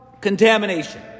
contamination